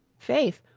faith,